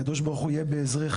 הקדוש ברוך הוא יהיה בעזרך,